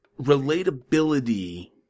relatability